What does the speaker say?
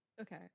okay